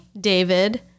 David